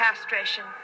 Castration